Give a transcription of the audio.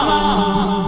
on